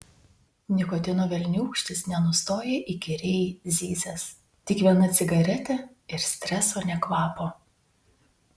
nikotino velniūkštis nenustoja įkyriai zyzęs tik viena cigaretė ir streso nė kvapo